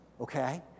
Okay